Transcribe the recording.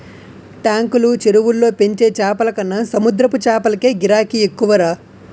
టాంకులు, చెరువుల్లో పెంచే చేపలకన్న సముద్రపు చేపలకే గిరాకీ ఎక్కువరా